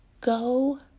Go